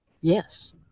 Yes